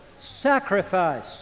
sacrifice